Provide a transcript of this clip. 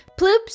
Ploops